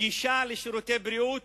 גישה לשירותי בריאות,